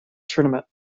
tournament